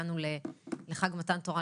והגענו לחג מתן תורה,